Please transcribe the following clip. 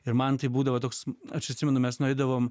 ir man tai būdavo toks aš atsimenu mes nueidavom